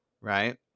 right